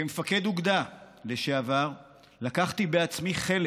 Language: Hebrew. כמפקד אוגדה לשעבר לקחתי בעצמי חלק